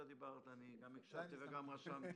כאשר אתה דיברת אני גם הקשבתי וגם רשמתי.